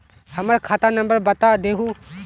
हमर खाता नंबर बता देहु?